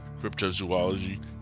cryptozoology